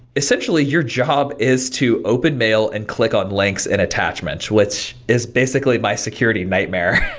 essentially your job is to open mail and click on links and attachments, which is basically my security nightmare.